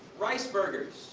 rice burgers,